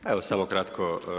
Pa evo samo kratko.